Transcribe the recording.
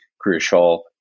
crucial